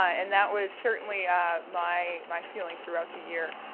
ah and that was certainly ah my my feeling throughout the year.